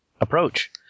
approach